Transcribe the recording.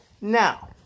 Now